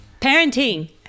parenting